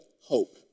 hope